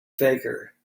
faker